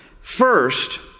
First